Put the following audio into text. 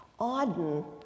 Auden